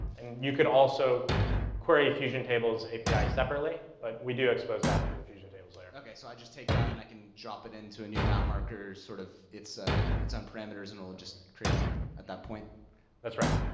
you could also query fusion tables api separately, but we do expose that through the fusion tables layer. man okay, so i just take that and i can drop it into a new mount marker, sort of, its ah its own parameters and it'll just create one at that point? alami that's right.